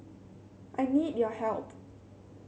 I need your help